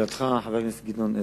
לשאלתך, חבר הכנסת גדעון עזרא,